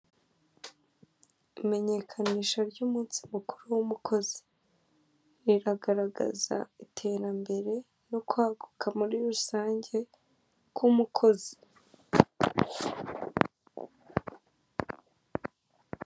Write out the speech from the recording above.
Imenyekanisha ry'umunsi mukuru w'umukozi riragaragaza iterambere no kwaguka muri rusange k'umukozi.